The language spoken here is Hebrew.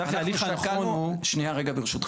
צחי, אני --- שנייה רגע ברשותך.